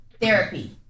therapy